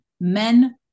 men